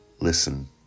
listen